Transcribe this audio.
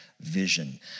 vision